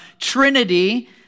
Trinity